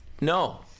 no